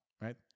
right